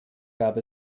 gab